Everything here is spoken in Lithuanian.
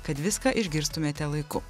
kad viską išgirstumėte laiku